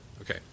Okay